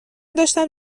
داشتم